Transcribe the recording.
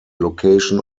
location